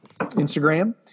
Instagram